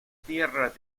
tierras